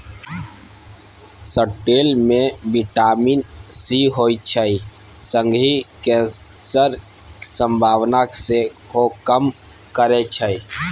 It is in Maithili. चठेल मे बिटामिन सी होइ छै संगहि कैंसरक संभावना केँ सेहो कम करय छै